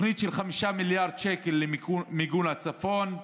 אחרי שהפסיקו תוכנית שאושרה למיגון הצפון,